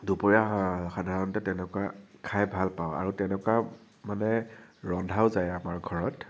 দুপৰীয়া সাধাৰণতে তেনেকুৱা খায় ভালপাওঁ আৰু তেনেকুৱা মানে ৰন্ধাও যায় আমাৰ ঘৰত